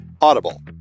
audible